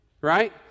Right